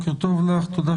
אנחנו